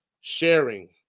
sharing